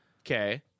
Okay